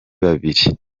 babiri